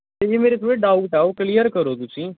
ਜੀ ਮੇਰੇ ਥੋੜ੍ਹੇ ਡਾਊਟ ਆ ਉਹ ਕਲੀਅਰ ਕਰੋ ਤੁਸੀਂ